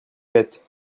bêtes